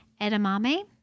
Edamame